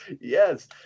Yes